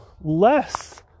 less